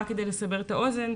כדי לסבר אוזן,